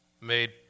made